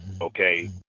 Okay